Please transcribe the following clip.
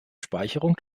speicherung